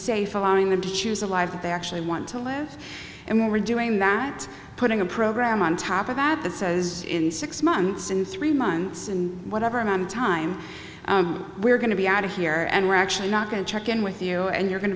safe allowing them to choose a life that they actually want to live and we're doing that putting a program on top of that that says in six months and three months and whatever amount of time we're going to be out of here and we're actually not going to check in with you and you're going